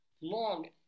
long